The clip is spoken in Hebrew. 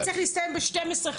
הדיון צריך להסתיים בשתיים עשרה,